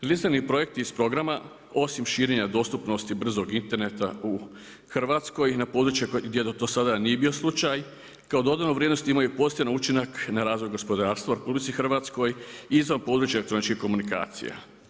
Jedinstveni projekti iz programa osim širenja dostupnosti brzog interneta u Hrvatskoj, na području gdje do sada nije bilo slučaj, kao dodatnu vrijednost imao je pozitivnu učinak na razvoj gospodarstva u RH i za područje elektroničke komunikacija.